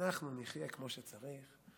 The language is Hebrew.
אנחנו נחיה כמו שצריך.